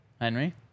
Henry